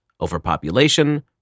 overpopulation